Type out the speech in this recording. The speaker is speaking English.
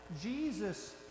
Jesus